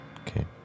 Okay